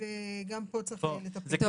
וגם פה צריך לטפל.